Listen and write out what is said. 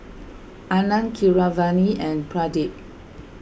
Anand Keeravani and Pradip